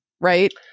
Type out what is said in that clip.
Right